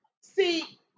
See